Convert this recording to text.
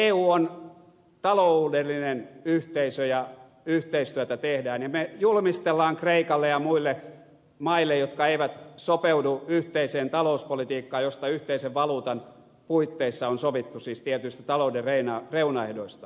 eu on taloudellinen yhteisö ja yhteistyötä tehdään ja me julmistelemme kreikalle ja muille maille jotka eivät sopeudu yhteiseen talouspolitiikkaan josta yhteisen valuutan puitteissa on sovittu siis tietysti talouden reunaehdoista